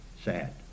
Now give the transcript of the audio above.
Sad